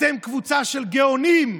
אתם קבוצה של גאונים,